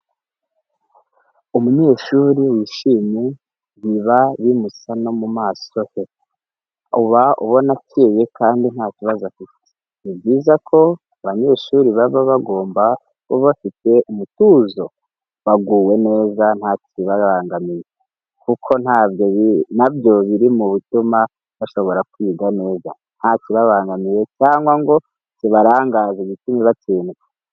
Umunyeshuri wishimye biba bimusa no mu maso he uba ubona akeye kandi nta kibazo afite. Ni byiza ko abanyeshuri baba bagomba kuba bafite umutuzo baguwe neza ntakibabangamiye, kuko nabyo biri mu bituma bashobora kwiga neza ntakibabangamiye cyangwa ngo kibarangaze gitume batsindwa.